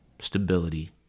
stability